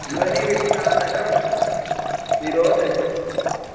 ध्वनिविस्तारकं निरोधय